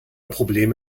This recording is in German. probleme